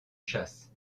chasse